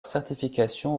certification